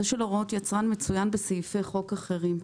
הוראות היצרן מצוין בסעיפי חוק אחרים.